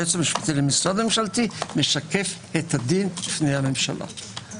היועץ המשפטי למשרד ממשלתי משקף את הדין בפני הממשלה.